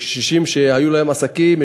יש קשישים שהיו להם עסקים,